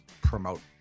promote